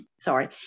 sorry